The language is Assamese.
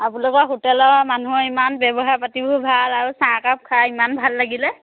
আপোনালোকৰ হোটেলৰ মানুহৰ ইমান ব্যৱহাৰ পাতিবোৰ ভাল আৰু চাহকাপ খাই ইমান ভাল লাগিলে